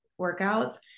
workouts